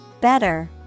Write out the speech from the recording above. Better